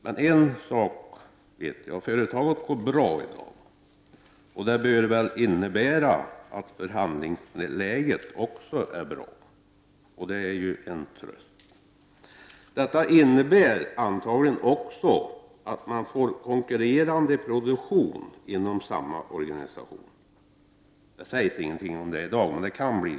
Men en sak vet jag: företaget går bra i dag, och det bör väl innebära att förhandlingsläget också är bra. Detta är en tröst. Detta samarbete innebär antagligen också att man får konkurrerande produktion inom samma organisation. Det sägs ingenting om det i dag, men så kan det bli.